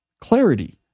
Clarity